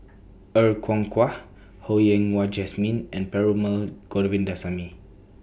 Er Kwong Wah Ho Yen Wah Jesmine and Perumal Govindaswamy